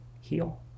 heal